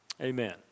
Amen